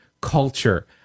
culture